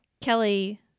Kelly